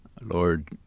Lord